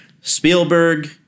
Spielberg